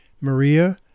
Maria